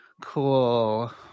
Cool